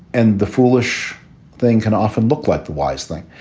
and the foolish thing can often look like the wise thing.